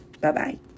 Bye-bye